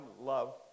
love